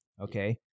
okay